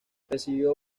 recibió